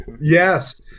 yes